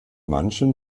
manchen